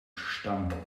stank